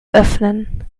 öffnen